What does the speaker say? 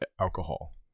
alcohol